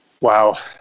Wow